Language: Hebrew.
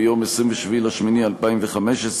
ב-27 באוגוסט 2015,